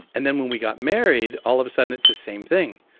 and then when we got married all of a sudden it's the same thing.